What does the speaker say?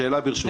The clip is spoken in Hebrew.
שאלה, ברשותך.